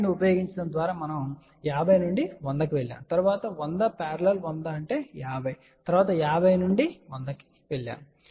7 ను ఉపయోగించడం ద్వారా మనం 50 నుండి 100 కి వెళ్ళాము తరువాత 100 100 50 తరువాత 50 నుండి 100 కి వెళ్ళాము